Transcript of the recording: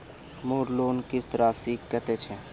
मोर लोन किस्त राशि कतेक छे?